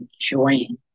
enjoying